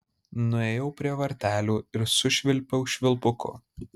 nuėjau prie vartelių ir sušvilpiau švilpuku